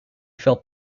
felt